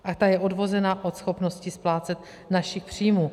A ta je odvozena od schopnosti splácet z našich příjmů.